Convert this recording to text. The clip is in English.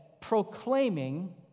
proclaiming